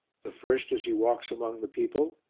the first as he walks among the people,